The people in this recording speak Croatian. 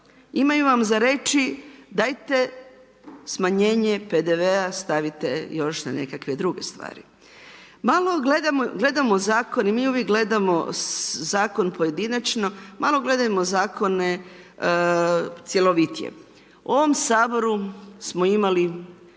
imaju vam za reći dajte smanjenje PDV-a stavite još na nekakve druge stvari. Malo gledamo u zakon i mi uvijek gledamo zakon pojedinačno, malo gledajmo zakone cjelovitije. U ovom Saboru smo imali